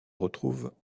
retrouvent